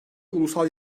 ulusal